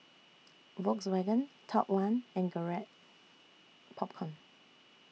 Volkswagen Top one and Garrett Popcorn